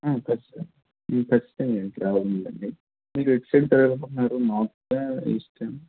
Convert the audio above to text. ఖచ్చితంగా ఖచ్చితంగా రావాలి మీరు అండి మీరు ఎటు సైడ్ వెళ్ళాలి అనుకుంటున్నారు నార్త్ ఈస్ట్